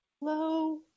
Hello